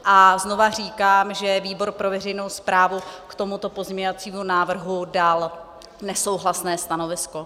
A znova říkám, že výbor pro veřejnou správu k tomuto pozměňovacímu návrhu dal nesouhlasné stanovisko.